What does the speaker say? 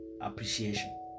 appreciation